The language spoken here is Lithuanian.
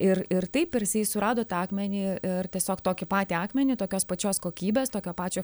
ir ir taip ir jisai surado tą akmenį ir tiesiog tokį patį akmenį tokios pačios kokybės tokio pačio